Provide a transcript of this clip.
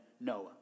Noah